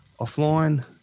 offline